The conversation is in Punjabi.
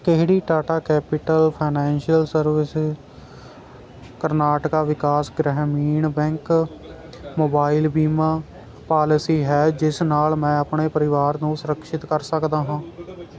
ਕਿਹੜੀ Tata capital financial service Karnataka Vikas Gramin bank mobile ਬੀਮਾ ਪਾਲਿਸੀ ਹੈ ਜਿਸ ਨਾਲ ਮੈਂ ਆਪਣੇ ਪੂਰੇ ਪਰਿਵਾਰ ਨੂੰ ਸੁਰੱਕਸ਼ਿਤ ਕਰਾ ਸਕਦਾ ਹਾਂ